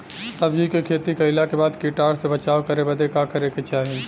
सब्जी के खेती कइला के बाद कीटाणु से बचाव करे बदे का करे के चाही?